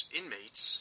inmates